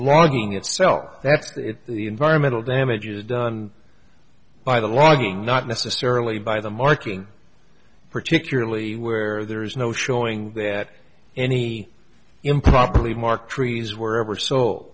logging itself that's the environmental damage is done by the law not necessarily by the marking particularly where there is no showing that any improperly marked trees were ever so